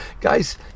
Guys